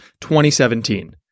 2017